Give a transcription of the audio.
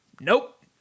nope